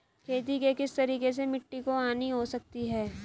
खेती के किस तरीके से मिट्टी की हानि हो सकती है?